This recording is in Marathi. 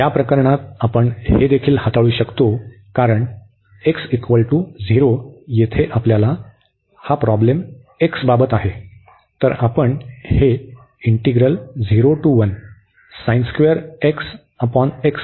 तर या प्रकरणात आपण हेदेखील हाताळू कारण x 0 येथे आपल्याला हा प्रॉब्लेम x बाबत आहे